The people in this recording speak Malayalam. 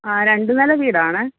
ആ രണ്ട് നില വീടാണ്